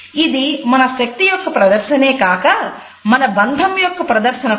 ఇది మన శక్తి యొక్క ప్రదర్శనే కాక మన బంధం యొక్క ప్రదర్శన కూడా